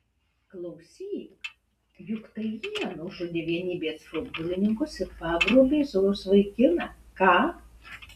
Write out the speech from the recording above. klausyk juk tai jie nužudė vienybės futbolininkus ir pagrobė zojos vaikiną ką